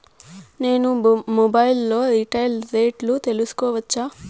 నేను మొబైల్ లో రీటైల్ రేట్లు తెలుసుకోవచ్చా?